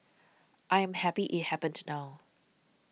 I am happy it happened now